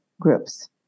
groups